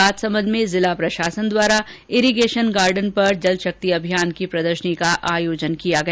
राजसमंद में जिला प्रशासन द्वारा इरिगेशन गार्डन पर जल शक्ति अभियान की प्रदर्शनी का आयोजन किया गया